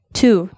two